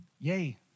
yay